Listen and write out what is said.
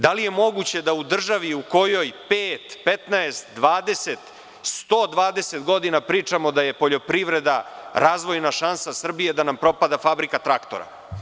Da li je moguće da u državi u kojoj 5, 15, 20, 120 godina pričamo da je poljoprivreda razvojna šansa Srbije, da nam propada fabrika traktora?